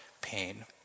pain